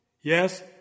Yes